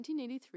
1983